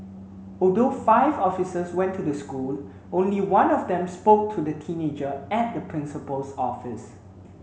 although five officers went to the school only one of them spoke to the teenager at the principal's office